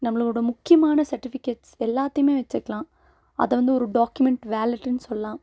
நம்மளோடய முக்கியமான சர்ட்டிஃபிக்கேட்ஸ் எல்லாத்தையுமே வைச்சுக்கலாம் அதை வந்து ஒரு டாக்யூமெண்ட் வேலட்டுன்னு சொல்லலாம்